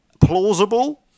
plausible